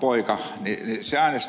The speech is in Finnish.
poika joka äänestää jotain henkilöä